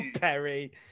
Perry